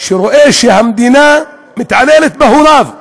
שרואה שהמדינה מתעללת בהוריו,